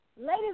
Ladies